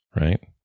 right